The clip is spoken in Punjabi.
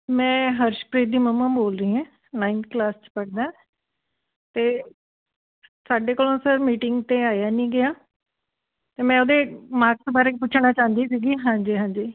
ਮੈਂ ਹਰਸ਼ਪ੍ਰੀਤ ਦੀ ਮੰਮਾ ਬੋਲ ਰਹੀ ਹੈ ਨਾਈਨਥ ਕਲਾਸ 'ਚ ਪੜ੍ਹਦਾ ਅਤੇ ਸਾਡੇ ਕੋਲੋਂ ਸਰ ਮੀਟਿੰਗ 'ਤੇ ਆਇਆ ਨਹੀਂ ਗਿਆ ਅਤੇ ਮੈਂ ਉਹਦੇ ਮਾਰਕਸ ਬਾਰੇ ਪੁੱਛਣਾ ਚਾਹੁੰਦੀ ਸੀਗੀ ਹਾਂਜੀ ਹਾਂਜੀ